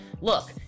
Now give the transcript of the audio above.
look